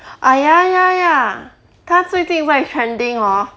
ah ya ya ya 他最近 quite trending hor